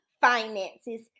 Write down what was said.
finances